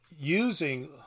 using